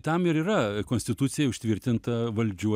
tam ir yra konstitucija užtvirtinta valdžių